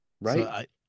Right